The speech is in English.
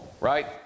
Right